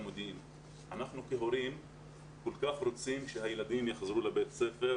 אנחנו כהורים מאוד רוצים שהילדים יחזרו לבית ספר